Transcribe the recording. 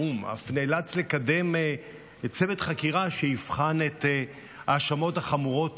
האו"ם אף נאלץ לקדם צוות חקירה שיבחן את ההאשמות החמורות